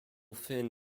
fin